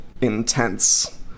intense